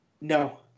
no